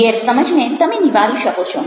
ગેરસમજને તમે નિવારી શકો છો